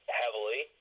heavily